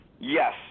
Yes